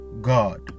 God